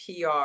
PR